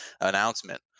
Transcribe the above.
announcement